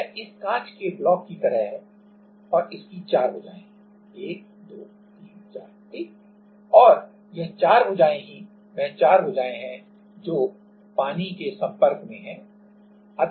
यह इस कांच के ब्लॉक की तरह है और इसकी 4 भुजाएँ हैं 1 2 3 4 ठीक और यह 4 भुजाएँ ही वह 4 भुजाएं हैं जो पानी के संपर्क में हैं